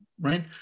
right